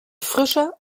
frischer